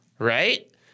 Right